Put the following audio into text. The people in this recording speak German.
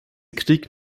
kritik